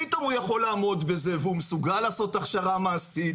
פתאום הוא יכול לעמוד בזה והוא מסוגל לעשות הכשרה מעשית